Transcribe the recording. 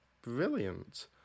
Brilliant